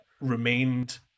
remained